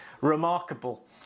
remarkable